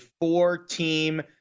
four-team